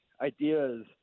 ideas